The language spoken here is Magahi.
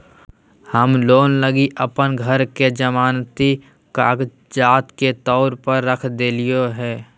हम लोन लगी अप्पन घर के जमानती कागजात के तौर पर रख देलिओ हें